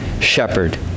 shepherd